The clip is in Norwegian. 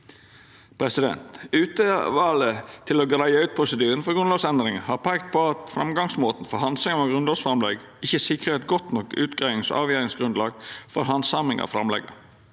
Utvalet til å greia ut prosedyren for grunnlovsendringar har peikt på at framgangsmåten for handsaming av grunnlovsframlegg ikkje sikrar eit godt nok utgreiings- og avgjerdsgrunnlag for handsaming av framlegga.